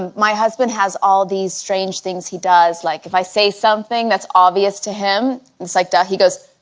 my husband has all these strange things he does like if i say something that's obvious to him. it's like duck he goes